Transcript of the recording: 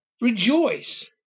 Rejoice